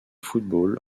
football